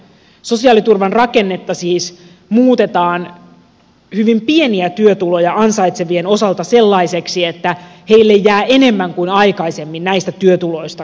sosiaaliturvan rakennetta siis muutetaan hyvin pieniä työtuloja ansaitsevien osalta sellaiseksi että heille jää enemmän kuin aikaisemmin näistä työtuloista käteen